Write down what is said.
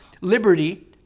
liberty